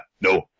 no